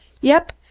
Yep